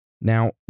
Now